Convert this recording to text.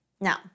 Now